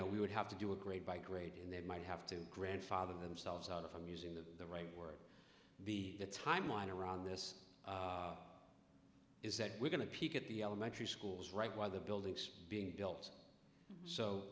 know we would have to do a grade by grade in they might have to grandfather themselves out of i'm using the right word the timeline around this is that we're going to peak at the elementary schools right while the buildings being built